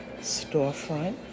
storefront